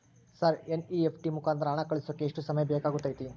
Sir NEFT ಮುಖಾಂತರ ಹಣ ಕಳಿಸೋಕೆ ಎಷ್ಟು ಸಮಯ ಬೇಕಾಗುತೈತಿ?